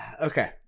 okay